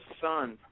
Son